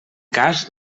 cas